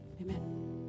Amen